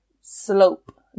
slope